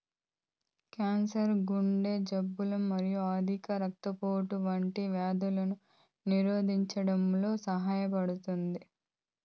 cancer, గుండె జబ్బులు మరియు అధిక రక్తపోటు వంటి వ్యాధులను నిరోధించడంలో సహాయపడతాయి